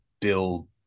build